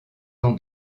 ans